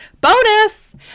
bonus